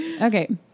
Okay